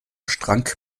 strang